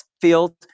field